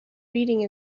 reading